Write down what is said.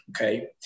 Okay